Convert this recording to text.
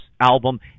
album